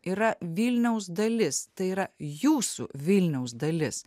yra vilniaus dalis tai yra jūsų vilniaus dalis